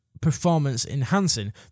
performance-enhancing